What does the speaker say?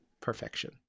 perfection